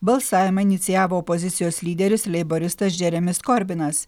balsavimą inicijavo opozicijos lyderis leiboristas džeremis korbinas